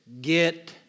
get